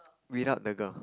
without the girl